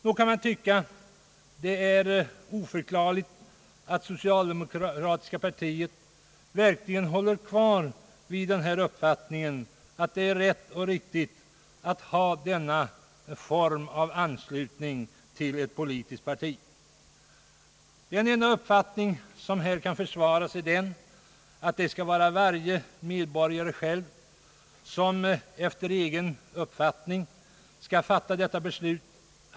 Det förefaller mig oförklarligt att socialdemokratiska partiet vill hålla fast vid uppfattningen att det är rätt och riktigt att ha denna form av anslutning till ett politiskt parti. Den enda inställning som här kan försvaras är att varje medborgare själv bör fatta detta beslut efter egen uppfattning.